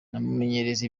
mumenyereza